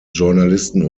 journalisten